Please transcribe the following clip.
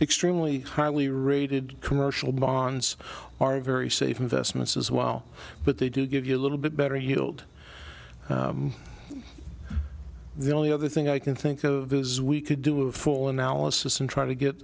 extremely highly rated commercial bonds are very safe investments as well but they do give you a little bit better yield the only other thing i can think of is we could do a full analysis and try to get